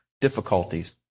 difficulties